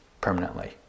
permanently